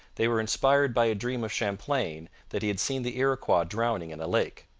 they were inspired by a dream of champlain that he had seen the iroquois drowning in a lake.